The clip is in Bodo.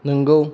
नंगौ